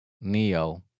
Neo